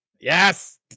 Yes